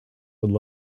would